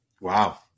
Wow